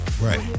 Right